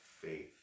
faith